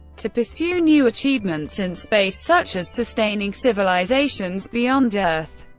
to pursue new achievements in space, such as sustaining civilizations beyond earth,